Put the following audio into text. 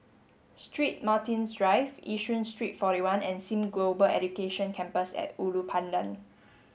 Street Martin's Drive Yishun Street forty one and Sim Global Education Campus at Ulu Pandan